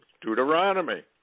Deuteronomy